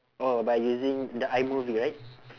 oh by using the imovie right